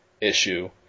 issue